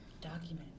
document